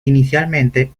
inicialmente